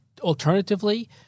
Alternatively